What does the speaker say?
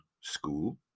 school